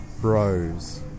Bros